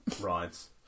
rides